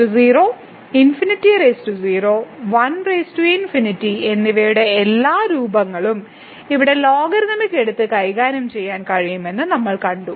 00 ∞0 1∞ എന്നിവയുടെ എല്ലാ രൂപങ്ങളും ഇവയുടെ ലോഗരിഥമിക് എടുത്ത് കൈകാര്യം ചെയ്യാൻ കഴിയുമെന്ന് നമ്മൾ കണ്ടു